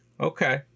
Okay